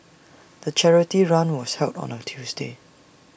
the charity run was held on A Tuesday